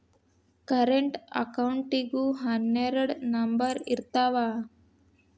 current ಅಕೌಂಟಿಗೂ ಹನ್ನೆರಡ್ number ಇರ್ತಾವ